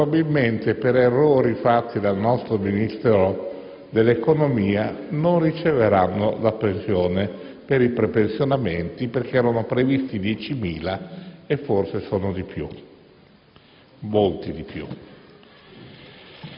e probabilmente, per errori fatti dal nostro Ministro dell'economia, non riceveranno la pensione per i prepensionamenti, perché ne erano previsti 10.000 e forse sono di più, molti di più.